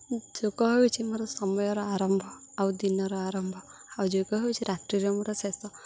ଯୋଗ ହେଉଛିି ମୋର ସମୟର ଆରମ୍ଭ ଆଉ ଦିନର ଆରମ୍ଭ ଆଉ ଯୋଗ ହେଉଛି ରାତ୍ରିରେ ମୋର ଶେଷ